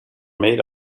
made